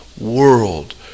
world